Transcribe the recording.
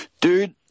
Dude